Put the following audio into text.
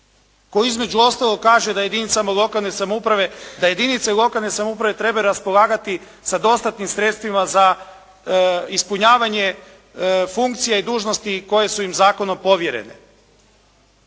koji između ostalog kaže da jedinice lokalne samouprave trebaju raspolagati sa dostatnim sredstvima za ispunjavanje funkcije i dužnosti koje su im zakonom povjerene.